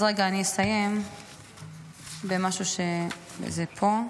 אז רגע, אני אסיים במשהו, זה לא פה.